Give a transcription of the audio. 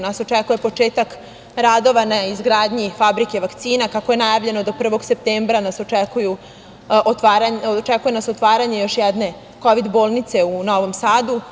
Nas očekuje početak radova na izgradnji fabrike vakcina, kako je najavljeno, do 1. septembra nas očekuje otvaranje još jedne kovid bolnice u Novom Sadu.